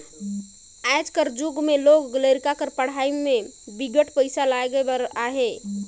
आज कर जुग में लोग लरिका कर पढ़ई में बिकट पइसा लगाए बर अहे